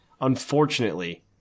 unfortunately